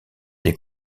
des